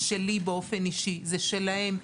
באופן אישי; זה שלהם.